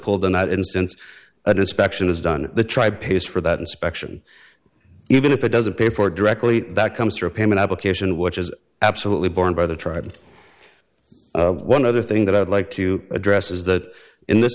pulled in that instance an inspection is done the tribe pays for that inspection even if it doesn't pay for directly that comes from payment application which is absolutely borne by the tribe one other thing that i'd like to address is that in this